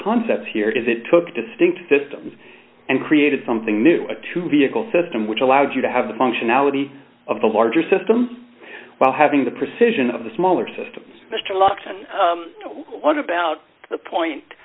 concepts here is it took distinct systems and created something new to vehicle system which allows you to have the functionality of the larger system while having the precision of the smaller systems mr locke said what about the point